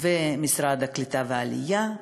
ומשרד העלייה והקליטה.